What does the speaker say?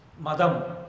madam